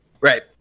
right